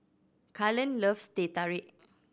Kalen loves Teh Tarik